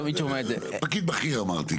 פקיד בכיר אמרתי.